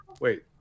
Wait